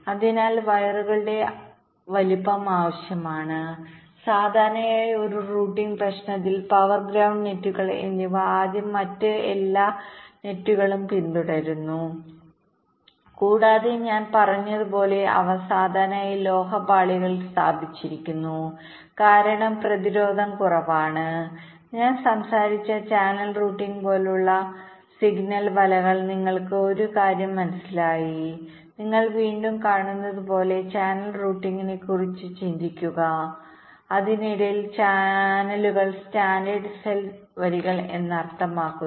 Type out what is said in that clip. അതിനാൽ വയറുകളുടെ വലുപ്പം ആവശ്യമാണ് സാധാരണയായി ഒരു റൂട്ടിംഗ് പ്രശ്നത്തിൽ പവർ ഗ്രൌണ്ട് നെറ്റുകൾ എന്നിവ ആദ്യം മറ്റ് എല്ലാ വലകളും പിന്തുടരുന്നു കൂടാതെ ഞാൻ പറഞ്ഞതുപോലെ അവ സാധാരണയായി ലോഹ പാളികളിൽ സ്ഥാപിച്ചിരിക്കുന്നു കാരണം പ്രതിരോധം കുറവാണ് ഞാൻ സംസാരിച്ച ചാനൽ റൂട്ടിംഗ് പോലുള്ള സിഗ്നൽ വലകൾ നിങ്ങൾക്ക് ഒരു കാര്യം മനസ്സിലായി നിങ്ങൾ വീണ്ടും കാണുന്നത് പോലെ ചാനൽ റൂട്ടിംഗിനെക്കുറിച്ച് ചിന്തിക്കുക അതിനിടയിൽ ചാനലുള്ള സ്റ്റാൻഡേർഡ് സെൽ വരികൾ എന്നാണ് അർത്ഥമാക്കുന്നത്